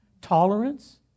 tolerance